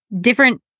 different